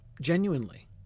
genuinely